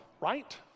right